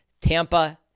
Tampa